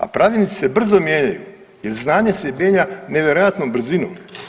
A pravilnici se brzo mijenjaju jer znanje se mijenja nevjerojatnom brzinom.